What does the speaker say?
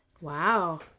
Wow